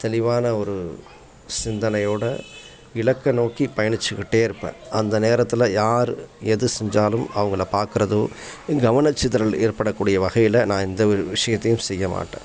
தெளிவான ஒரு சிந்தனையோட இலக்கை நோக்கி பயணிச்சிக்கிட்டே இருப்பேன் அந்த நேரத்தில் யார் எது செஞ்சாலும் அவங்களப் பார்க்கறதோ கவனச்சிதறல் ஏற்படக்கூடிய வகையில் நான் எந்த ஒரு விஷயத்தையும் செய்யமாட்டேன்